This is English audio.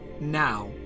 now